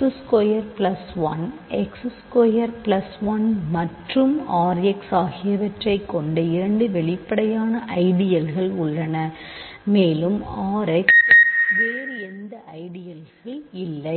X square plus 1 X square plus 1 மற்றும் RX ஆகியவற்றைக் கொண்ட இரண்டு வெளிப்படையான ஐடியல்கள் உள்ளன மேலும் R X வேறு எந்த ஐடியல்கள் இல்லை